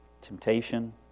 temptation